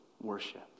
worship